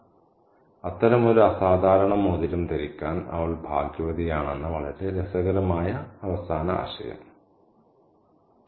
" അത്തരമൊരു അസാധാരണ മോതിരം ധരിക്കാൻ അവൾ ഭാഗ്യവതിയാണെന്ന വളരെ രസകരമായ അവസാന ആശയം